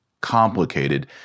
complicated